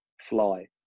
fly